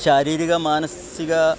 शारीरिकं मानसिकम्